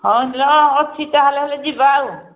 ହଁ ର ଅଛି ତାହେଲେ ହେଲେ ଯିବା ଆଉ